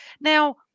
Now